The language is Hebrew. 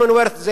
commonwealth,